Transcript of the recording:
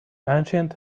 ancient